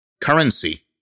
currency